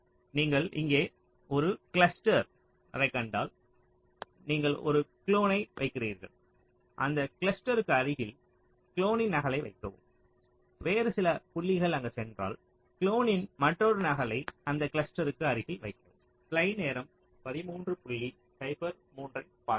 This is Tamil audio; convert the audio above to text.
நீங்கள் இங்கே ஒரு கிளஸ்டரைக் கண்டால் நீங்கள் ஒரு குளோனை வைக்கிறீர்கள் அந்தக் கிளஸ்டருக்கு அருகில் குளோனின் நகலை வைக்கவும் வேறு சில புள்ளிகள் அங்கு சென்றால் குளோனின் மற்றொரு நகலை அந்தக் கிளஸ்டருக்கு அருகில் வைக்கவும்